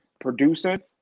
producing